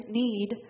need